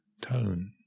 tone